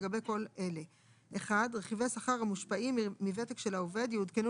לגבי כל אלה: (1) רכיבי שכר המושפעים מוותק של העובד יעודכנו